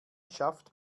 schafft